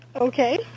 Okay